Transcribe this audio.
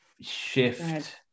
shift